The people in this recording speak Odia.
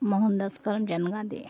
ମୋହନ ଦାସ କରମଚାନ୍ଦ ଗାନ୍ଧୀ